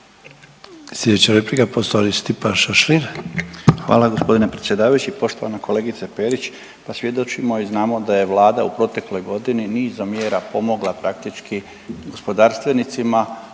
Slijedeća replika poštovani Stipan Šašlin. **Šašlin, Stipan (HDZ)** Hvala gospodine predsjedavajući. Poštovana kolegice Perić, pa svjedočimo i znamo da je Vlada u protekloj godini nizom mjera pomogla praktički gospodarstvenicima